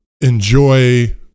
enjoy